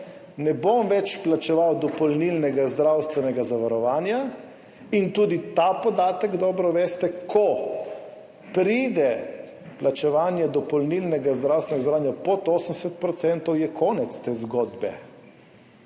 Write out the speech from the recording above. ne bom več plačeval dopolnilnega zdravstvenega zavarovanja. In tudi ta podatek dobro poznate: ko pride plačevanje dopolnilnega zdravstvenega zavarovanja pod 80 %, je konec te zgodbe.